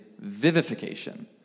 vivification